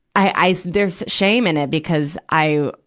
i, i, there's shame in it because i,